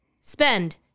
spend